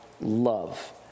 love